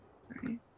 sorry